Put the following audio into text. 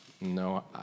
No